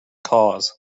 cause